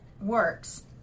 works